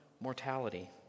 mortality